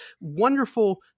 wonderful